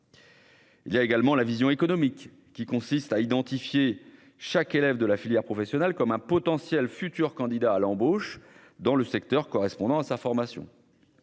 Il y a la vision économique, qui consiste à identifier chaque élève de la filière professionnelle comme un potentiel futur candidat à l'embauche dans le secteur correspondant à sa formation.